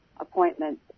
Appointments